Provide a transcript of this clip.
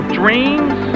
dreams